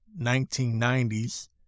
1990s